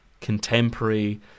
contemporary